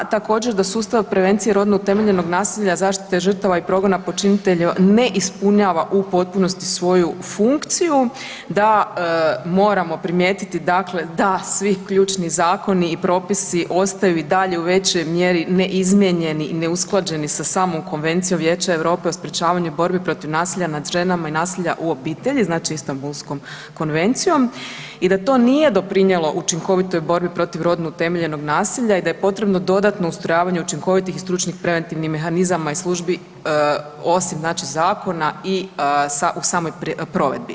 Također, da sustav prevencije rodno utemeljenog nasilja, zaštite žrtava i progona počinitelja ne ispunjava u potpunosti svoju funkciju, da moramo primijetiti dakle da svi ključni zakoni i propisi ostaju i dalje u većoj mjeri neizmijenjeni i neusklađeni sa samom Konvencije Vijeća Europe o sprječavanju i borbi protiv nasilja nad ženama i nasilja u obitelji, znači Istambulskom konvencijom i da to nije doprinijelo učinkovitoj borbi protiv rodno utemeljenog nasilja i da je potrebno dodatno ustrojavanje učinkovitih i stručnih preventivnih mehanizama i službi, osim znači zakona i u samoj provedbi.